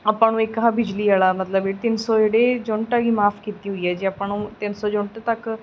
ਆਪਾਂ ਨੂੰ ਇੱਕ ਆਹ ਬਿਜਲੀ ਵਾਲਾ ਮਤਲਬ ਇਹ ਤਿੰਨ ਸੌ ਜਿਹੜੇ ਯੂਨਿਟ ਹੈਗੀ ਮੁਆਫ ਕੀਤੀ ਹੋਈ ਹੈ ਜੇ ਆਪਾਂ ਨੂੰ ਤਿੰਨ ਸੌ ਯੂਨਿਟ ਤੱਕ